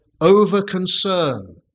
over-concern